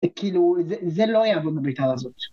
כאילו זה לא יעבור במיטה הזאת.